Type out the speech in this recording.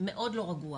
מאוד לא רגוע,